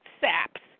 saps